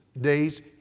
days